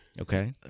Okay